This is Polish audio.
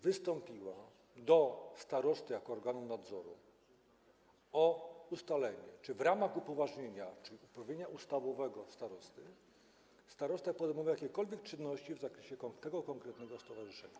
Wystąpiła do starosty jako organu nadzoru o ustalenie, czy w ramach upoważnienia, czyli uprawnienia ustawowego starosty, starosta podejmował jakiekolwiek czynności w zakresie tego konkretnego stowarzyszenia.